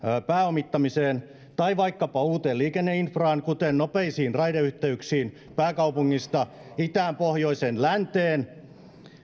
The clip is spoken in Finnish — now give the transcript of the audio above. pääomittamiseen tai vaikkapa uuteen liikenneinfraan kuten nopeisiin raideyhteyksiin pääkaupungista itään pohjoiseen ja länteen